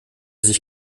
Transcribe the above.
sich